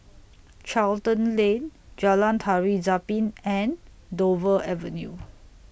Charlton Lane Jalan Tari Zapin and Dover Avenue